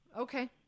Okay